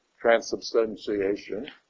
transubstantiation